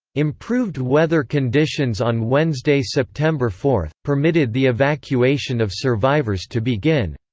improved weather conditions on wednesday, september four permitted the evacuation of survivors to begin.